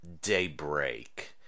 daybreak